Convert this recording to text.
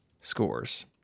scores